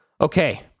Okay